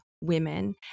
women